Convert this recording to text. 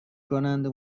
کننده